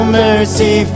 mercy